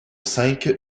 cinq